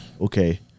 Okay